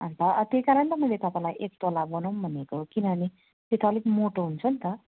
अन्त अब त्यही कारण त मैले तपाईँलाई एक तोला बनाऊँ भनेको किनभने त्यो त अलिक मोटो हुन्छ नि त